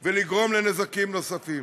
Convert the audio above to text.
ולגרום לנזקים נוספים?